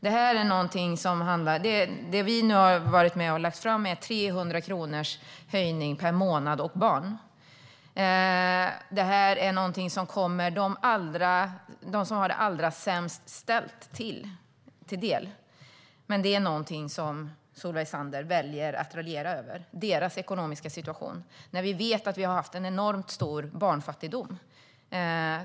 Det vi nu har varit med om att lägga fram är 300 kronors höjning per månad och barn. Det kommer dem som har det allra sämst ställt till del. Solveig Zander väljer att raljera över deras ekonomiska situation när vi vet att vi har haft en enormt stor barnfattigdom.